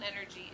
energy